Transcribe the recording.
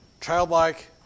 childlike